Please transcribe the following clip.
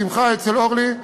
בשמחה, אצל אורלי,